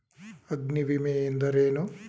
ಅಗ್ನಿವಿಮೆ ಎಂದರೇನು?